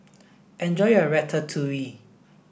enjoy your Ratatouille